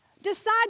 Decide